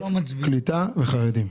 קליטה וחרדים?